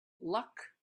luck